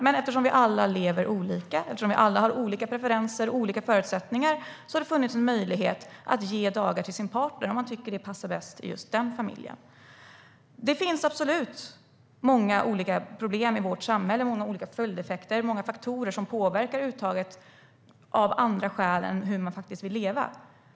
Men eftersom vi alla lever olika, eftersom vi alla har olika preferenser och förutsättningar, har det funnits en möjlighet att ge dagar till sin partner om man tycker att det passar bäst i just den familjen. Det finns absolut många olika problem i vårt samhälle, många olika följdeffekter och faktorer som påverkar uttaget av andra skäl än hur man vill leva.